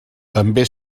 també